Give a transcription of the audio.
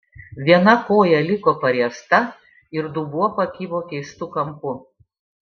viena koja liko pariesta ir dubuo pakibo keistu kampu